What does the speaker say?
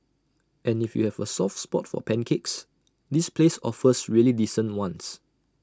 and if you have A soft spot for pancakes this place offers really decent ones